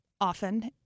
often